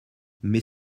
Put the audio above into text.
mais